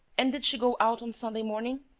and did she go out on sunday morning?